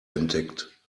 entdeckt